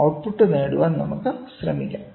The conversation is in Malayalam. ഔട്ട് പുട്ട് നേടാൻ നമുക്ക് ശ്രമിക്കാം